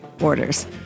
orders